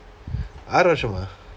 ஆறு வருடமா:aaru varudamaa